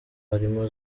harimo